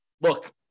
look